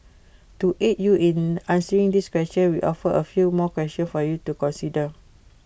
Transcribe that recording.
to aid you in answering this question we offer A few more question for you to consider